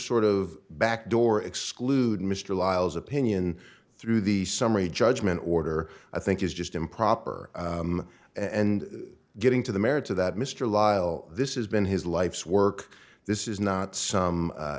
sort of backdoor exclude mr lyle's opinion through the summary judgment order i think is just improper and getting to the merits of that mr lisle this is been his life's work this is not some